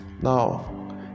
Now